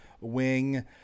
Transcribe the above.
wing